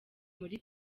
muri